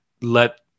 let